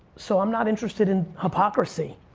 so i'm not interested in hypocrisy.